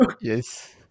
Yes